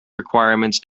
requirements